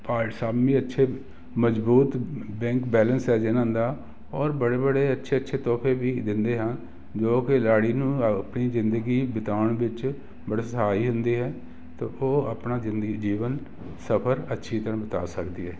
ਅੱਛੇ ਮਜ਼ਬੂਤ bank balance ਹੈ ਜਿਹਨਾਂ ਦਾ ਔਰ ਬੜੇ ਬੜੇ ਅੱਛੇ ਅੱਛੇ ਤੋਹਫੇ ਵੀ ਦਿੰਦੇ ਹਨ ਜੋ ਕਿ ਲਾੜੀ ਨੂੰ ਆਪਣੀ ਜ਼ਿੰਦਗੀ ਬਿਤਾਉਣ ਵਿੱਚ ਬੜਾ ਸਹਾਈ ਹੁੰਦੇ ਹੈ ਤਾਂ ਉਹ ਆਪਣਾ ਜ਼ਿੰਦਗੀ ਜੀਵਨ ਸਫਰ ਅੱਛੀ ਤਰ੍ਹਾਂ ਬੀਤਾ ਸਕਦੀ ਹੈ